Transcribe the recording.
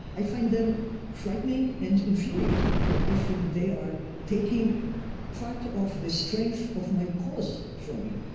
i find them frightening and infuriating, because i feel that they are taking part of the strength of my cause from me.